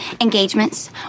Engagements